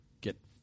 get